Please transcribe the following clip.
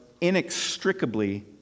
inextricably